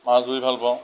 মাছ ধৰি ভাল পাওঁ